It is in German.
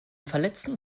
verletzten